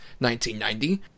1990